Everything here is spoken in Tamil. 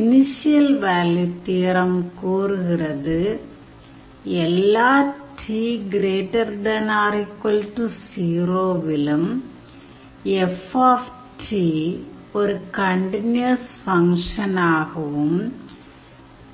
இனிஷியல் வேல்யூ தியோரம் கூறுகிறது எல்லா t ≥ 0 விலும் F ஒரு கண்டினியூயஸ் ஃபங்க்ஷனாகவும்